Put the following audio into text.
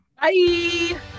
Bye